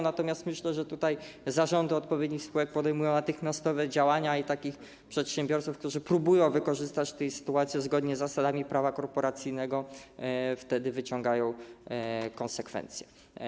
Natomiast myślę, że zarządy odpowiednich spółek podejmują natychmiastowe działania i wobec takich przedsiębiorców, którzy próbują wykorzystać sytuację zgodnie z zasadami prawa korporacyjnego, wyciągają konsekwencje.